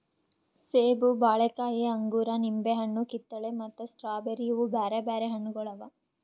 ಸೇಬ, ಬಾಳೆಕಾಯಿ, ಅಂಗೂರ, ನಿಂಬೆ ಹಣ್ಣು, ಕಿತ್ತಳೆ ಮತ್ತ ಸ್ಟ್ರಾಬೇರಿ ಇವು ಬ್ಯಾರೆ ಬ್ಯಾರೆ ಹಣ್ಣುಗೊಳ್ ಅವಾ